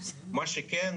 מה שכן,